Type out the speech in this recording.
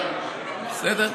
בסדר.